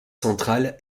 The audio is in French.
centrale